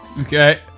Okay